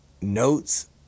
notes